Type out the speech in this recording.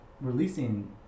Releasing